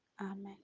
amen